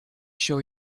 sure